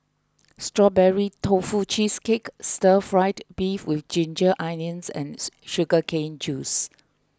Strawberry Tofu Cheesecake Stir Fried Beef with Ginger Onions and Sugar Cane Juice